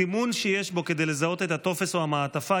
סימון שיש בו כדי לזהות את הטופס או המעטפה,